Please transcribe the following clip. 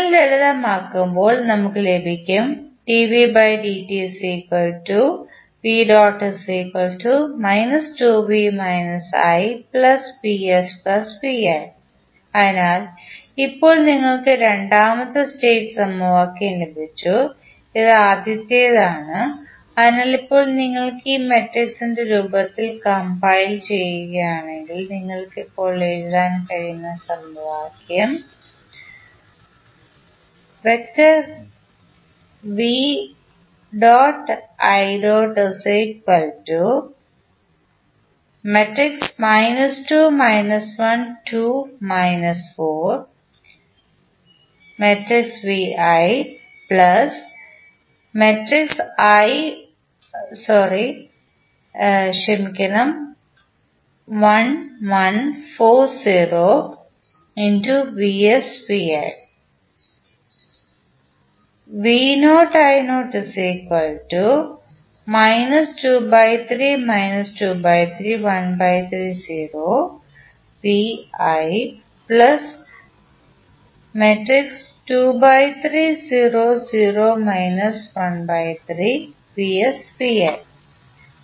നിങ്ങൾ ലളിതമാക്കുമ്പോൾ നമുക്ക് ലഭിക്കും അതിനാൽ ഇപ്പോൾ നിങ്ങൾക്ക് രണ്ടാമത്തെ സ്റ്റേറ്റ് സമവാക്യം ലഭിച്ചു ഇത് ആദ്യത്തേതാണ് അതിനാൽ ഇപ്പോൾ നിങ്ങൾ ഇത് മട്രിക്സിന്റെ രൂപത്തിൽ കംപൈൽ ചെയ്യുകയാണെങ്കിൽ നിങ്ങൾക്ക് ഇപ്പോൾ എഴുതാൻ കഴിയുന്ന സ്റ്റേറ്റ് സമവാക്യം